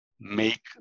make